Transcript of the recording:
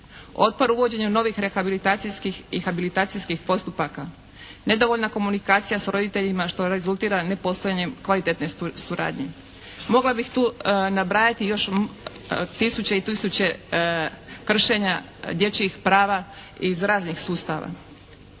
Otpor uvođenju novih rehabilitacijskih i habilitacijskih postupaka. Nedovoljna komunikacija sa roditeljima, što rezultira nepostojanjem kvalitetne suradnje. Mogla bih tu nabrajati još tisuće i tisuće kršenja prava iz raznih sustava.